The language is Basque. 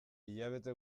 hilabete